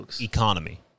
economy